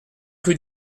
rue